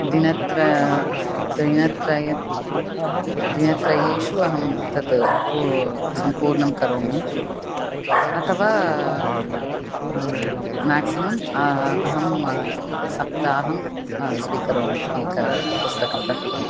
दिनत्रयं दिनत्रयं दिनत्रयेषु अहं तत् पू सम्पूर्णं करोमि अथवा म्याक्सिमम् अहं सप्ताहं स्वीकरोमि एकं पुस्तकं पठितुम्